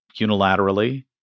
unilaterally